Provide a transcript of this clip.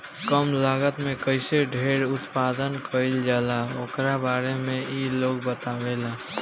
कम लागत में कईसे ढेर उत्पादन कईल जाला ओकरा बारे में इ लोग बतावेला